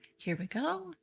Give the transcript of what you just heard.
here we go.